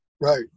Right